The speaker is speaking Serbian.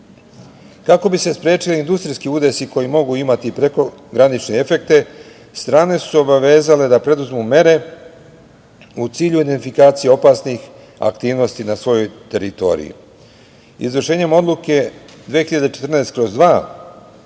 bi se sprečili industrijski udesi koji mogu imati prekogranične efekte, strane su se obavezale da preduzmu mere u cilju identifikacije opasnih aktivnosti na svojoj teritoriji. Izvršenjem odluke 2014/2